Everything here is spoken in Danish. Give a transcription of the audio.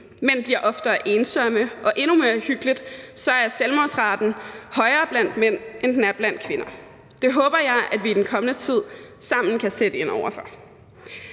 Mænd bliver oftere ensomme, og endnu mere uhyggeligt er selvmordsraten højere blandt mænd, end den er blandt kvinder. Det håber jeg at vi i den kommende tid sammen kan sætte ind over for.